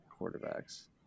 quarterbacks